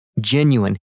genuine